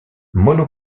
mono